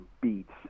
beats